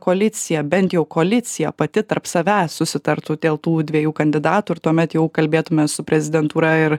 koalicija bent jau koalicija pati tarp savęs susitartų dėl tų dviejų kandidatų ir tuomet jau kalbėtume su prezidentūra ir